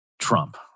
Trump